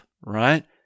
right